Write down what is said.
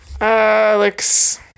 alex